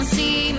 see